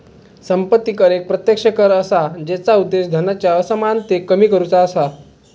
संपत्ती कर एक प्रत्यक्ष कर असा जेचा उद्देश धनाच्या असमानतेक कमी करुचा असा